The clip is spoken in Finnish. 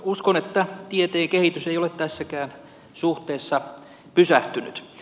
uskon että tieteen kehitys ei ole tässäkään suhteessa pysähtynyt